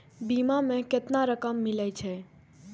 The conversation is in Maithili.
बीमा में केतना रकम मिले छै?